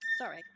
sorry